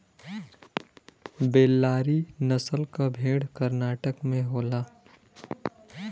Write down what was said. बेल्लारी नसल क भेड़ कर्नाटक में होला